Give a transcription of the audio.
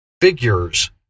figures